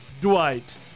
Dwight